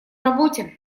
работе